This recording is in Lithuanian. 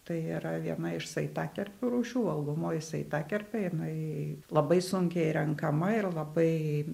tai yra viena iš saitakerpių rūšių valgomoji saitakerpė jinai labai sunkiai renkama ir labai